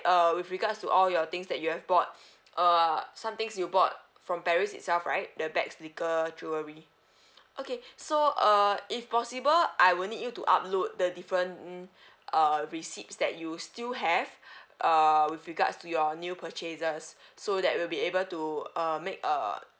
uh with regards to all your things that you have bought uh some things you bought from paris itself right the bags liquor jewelry okay so uh if possible I will need you to upload the different uh receipts that you still have uh with regards to your new purchases so that we will be able to uh make uh